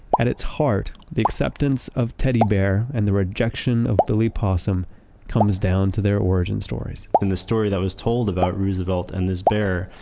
at its heart, the acceptance of teddy bear and the rejection of billy possum comes down to their origin stories in the story that was told about roosevelt and this bear,